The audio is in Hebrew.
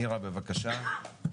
נירה בבקשה.